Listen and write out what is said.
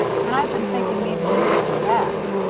and i've been thinking maybe they'd take me back.